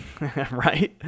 right